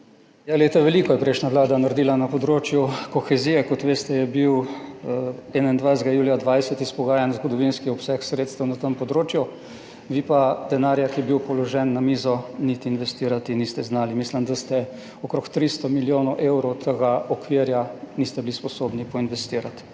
Ja, glejte, veliko je prejšnja vlada naredila na področju kohezije. Kot veste, je bil 21. julija 2020 izpogajan zgodovinski obseg sredstev na tem področju. Vi pa denarja, ki je bil položen na mizo, niti investirati niste znali. Mislim, da okrog 300 milijonov evrov tega okvirja niste bili sposobni poinvestirati.